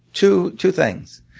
two two things.